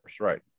right